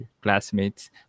classmates